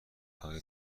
آیا